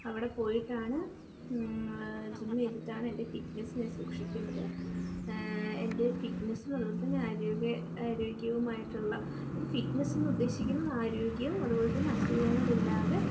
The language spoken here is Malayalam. അവിടെ പോയിട്ടാണ് ജിമ്മ് ചെയ്തിട്ടാണ് എൻ്റെ ഫിറ്റ്നസ് ഞാൻ സൂക്ഷിക്കുന്നത് എൻ്റെ ഫിറ്റ്നസ് അതുപോലെത്തന്നെ ആരോഗ്യ ആരോഗ്യവുമായിട്ടുള്ള ഫിട്നെസ്സ് എന്ന് ഉദ്ദേശിക്കുന്നത് ആരോഗ്യം അതുപോലെത്തന്നെ അസുഖങ്ങളില്ലാതെ